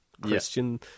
Christian